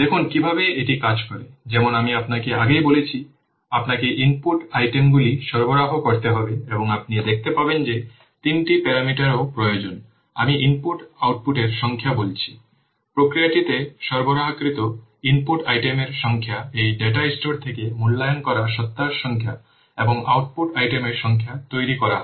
দেখুন কিভাবে এটি কাজ করে যেমন আমি আপনাকে আগেই বলেছি আপনাকে ইনপুট আইটেমগুলি সরবরাহ করতে হবে এবং আপনি দেখতে পাবেন যে তিনটি প্যারামিটারও প্রয়োজন আমি ইনপুট আউটপুটের সংখ্যা বলেছি প্রক্রিয়াটিতে সরবরাহকৃত ইনপুট আইটেমের সংখ্যা এই ডেটা স্টোর থেকে মূল্যায়ন করা সত্তার সংখ্যা এবং আউটপুট আইটেমের সংখ্যা তৈরি করা হয়